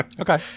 Okay